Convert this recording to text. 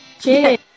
Cheers